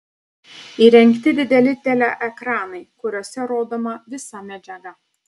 įrengti dideli teleekranai kuriuose rodoma visa medžiaga